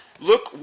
Look